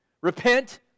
Repent